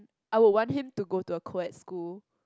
I would want him to go to a co-ed school